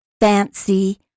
fancy